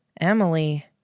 Emily